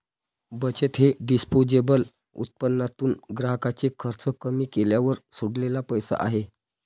बचत हे डिस्पोजेबल उत्पन्नातून ग्राहकाचे खर्च कमी केल्यावर सोडलेला पैसा आहे